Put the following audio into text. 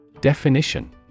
Definition